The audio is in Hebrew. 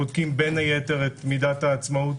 בודקים בין היתר את מידת העצמאות